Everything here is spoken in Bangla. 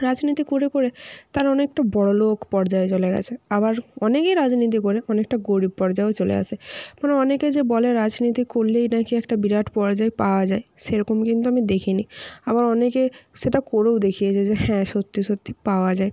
রাজনীতি করে করে তারা অনেকটা বড়লোক পর্যায়ে চলে গেছে আবার অনেকেই রাজনীতি করে অনেকটা গরিব পর্যায়েও চলে আসে মানে অনেকে যে বলে রাজনীতি করলেই নাকি একটা বিরাট পর্যায় পাওয়া যায় সেরকম কিন্তু আমি দেখিনি আবার অনেকে সেটা করেও দেখিয়েছে যে হ্যাঁ সত্যি সত্যি পাওয়া যায়